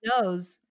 knows